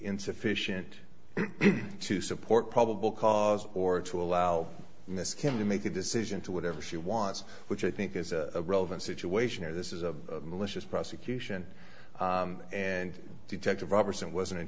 insufficient to support probable cause or to allow him to make a decision to whatever she wants which i think is a relevant situation or this is a malicious prosecution and detective roberson wasn't in